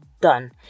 done